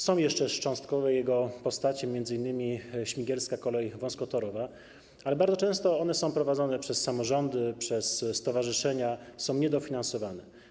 Są jeszcze szczątkowe jego postacie, m.in. Śmigielska Kolej Wąskotorowa, ale bardzo często są one prowadzone przez samorządy, przez stowarzyszenia i są niedofinansowane.